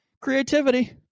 creativity